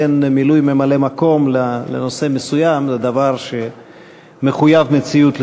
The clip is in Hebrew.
לכן מינוי ממלא מקום לנושא מסוים זה דבר שמחויב המציאות,